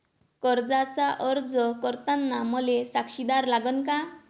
कर्जाचा अर्ज करताना मले साक्षीदार लागन का?